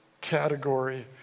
category